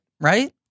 Right